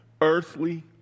earthly